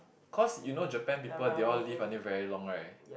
cause you know Japan people they all live until very long right